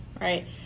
right